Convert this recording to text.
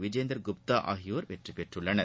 விஜேந்தர் குப்தா ஆகியோர் வெற்றி பெற்றுள்ளனர்